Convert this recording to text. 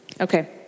Okay